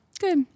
Good